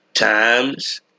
Times